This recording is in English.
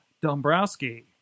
Dombrowski